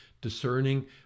discerning